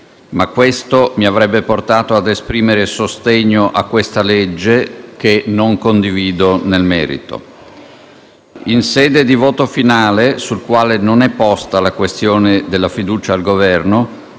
ma questo mi avrebbe portato a esprimere sostegno al disegno di legge al nostro esame che non condivido nel merito. In sede di voto finale, sul quale non è posta la questione di fiducia al Governo,